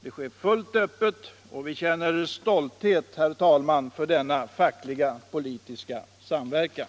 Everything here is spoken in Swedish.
Det sker fullt öppet, och vi känner stolthet, herr talman, inför denna fackligt-politiska samverkan.